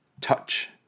touch